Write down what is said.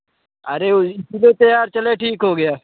अरे इसलिए तो यार चलो ठीक हो गया